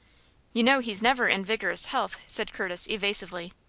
you know he's never in vigorous health, said curtis, evasively.